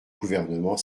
gouvernement